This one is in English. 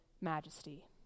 majesty